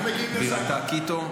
בירתה קיטו.